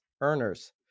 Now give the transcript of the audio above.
earners